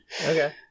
Okay